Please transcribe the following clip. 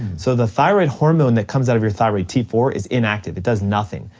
so the thyroid hormone that comes out of your thyroid, t four, is inactive, it does nothing.